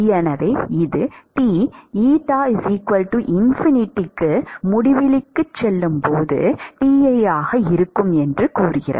எனவே இது T ∞க்கு முடிவிலிக்கு செல்லும் போது Ti ஆக இருக்கும் என்று கூறுகிறது